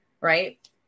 right